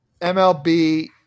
MLB